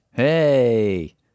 Hey